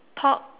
top